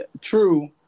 true